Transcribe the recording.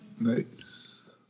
Nice